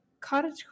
cottage